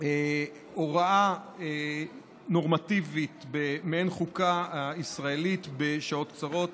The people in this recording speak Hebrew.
הוראה נורמטיבית, מעין חוקה ישראלית, בשעות קצרות.